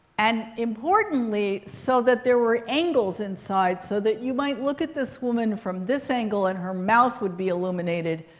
and importantly, so that there were angles inside. so that you might look at this woman from this angle, and her mouth would be illuminated.